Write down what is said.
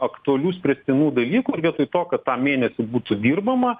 aktualių spręstinų dalykų ir vietoj to kad tą mėnesį būtų dirbama